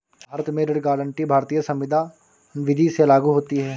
भारत में ऋण गारंटी भारतीय संविदा विदी से लागू होती है